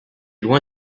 loin